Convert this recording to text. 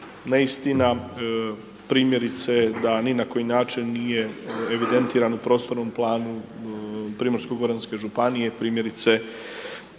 neistina, primjerice da ni na koji način nije evidentiran u prostornom planu Primorsko-goranske županije, primjerice da